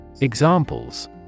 Examples